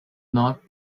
not